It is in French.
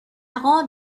rang